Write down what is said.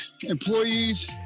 employees